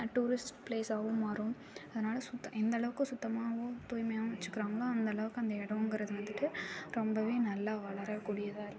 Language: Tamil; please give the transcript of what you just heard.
டூரிஸ்ட்டு ப்ளேசாகவும் மாறும் அதனால சுத் எந்தளவுக்கு சுத்தமாகவும் தூய்மையாகவும் வச்சிக்கிறாங்களோ அந்தளவுக்கு அந்த இடோங்குறது வந்துட்டு ரொம்பவே நல்லா வளரக்கூடியதாக இருக்கும்